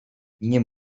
nie